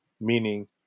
meaning